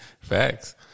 Facts